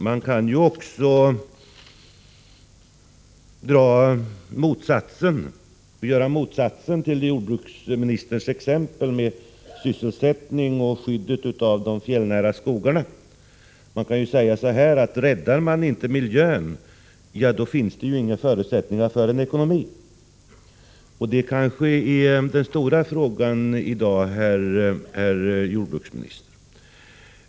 Man kan också dra motsatta slutsatser av jordbruksministerns exempel om sysselsättningen och skyddet av de fjällnära skogarna. Man kan säga så här: Räddar man inte miljön finns det inga förutsättningar för en ekonomi. Det här är kanske den stora frågan i dag, herr jordbruksminister.